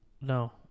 No